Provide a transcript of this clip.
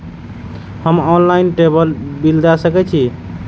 हम online table bill दे सके छी?